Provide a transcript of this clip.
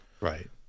Right